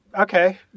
Okay